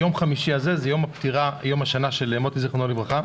ביום חמישי הזה הוא יום השנה של מוטי זיכרונו לברכה,